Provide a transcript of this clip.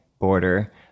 border